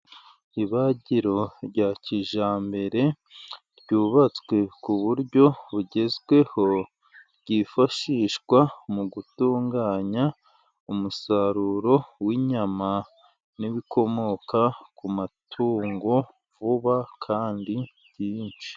Ibagiro rya kijyambere, ryubatswe ku buryo bugezweho, ryifashishwa mu gutunganya umusaruro w'inyama, n'ibikomoka ku matungo, vuba kandi byinshi.